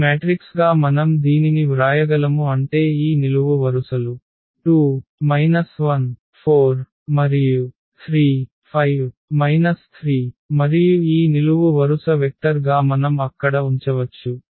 ఈ మ్యాట్రిక్స్ గా మనం దీనిని వ్రాయగలము అంటే ఈ నిలువు వరుసలు 2 1 4 మరియు 3 5 3 మరియు ఈ నిలువు వరుస వెక్టర్ గా మనం అక్కడ ఉంచవచ్చు